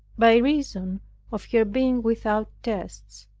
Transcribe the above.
by reason of her being without tests